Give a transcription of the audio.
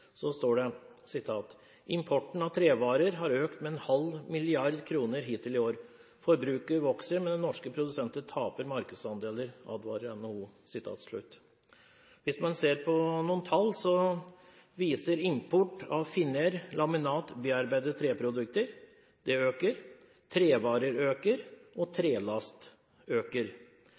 står det den 13. november: «Importen av trevarer har økt med en halv milliard kroner hittil i år. – Forbruket vokser, men norske produsenter taper markedsandeler, advarer NHO.» Hvis man ser på tallene, viser det seg at importen av finer, laminat og bearbeidete treprodukter øker – trevarer øker, og trelast øker.